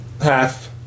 Half